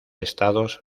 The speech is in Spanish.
estados